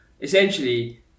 essentially